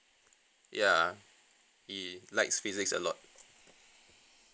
ya he likes physics a lot